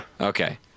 Okay